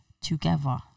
together